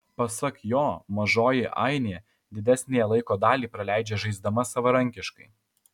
pasak jo mažoji ainė didesniąją laiko dalį praleidžia žaisdama savarankiškai